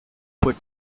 but